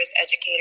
educators